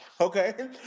Okay